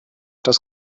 das